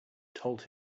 told